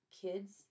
kids